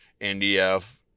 NDF